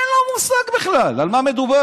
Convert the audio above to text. אין לו מושג בכלל על מה מדובר.